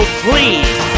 please